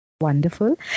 Wonderful